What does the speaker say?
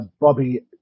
Bobby